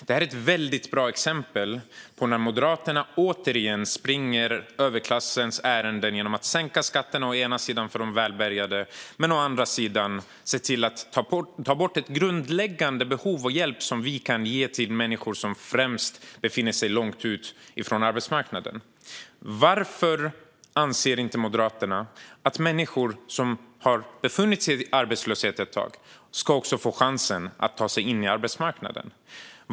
Det här är ett väldigt bra exempel på när Moderaterna återigen springer överklassens ärenden genom att å ena sidan sänka skatten för de välbärgade, å andra sidan ta bort ett grundläggande behov och en hjälp som vi främst kan ge till människor som befinner sig långt utanför arbetsmarknaden. Varför anser inte Moderaterna att också människor som har befunnit sig i arbetslöshet ett tag ska få chansen att ta sig in på arbetsmarknaden?